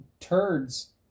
turds